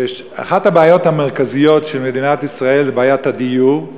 אחת הבעיות המרכזיות של מדינת ישראל היא בעיית הדיור,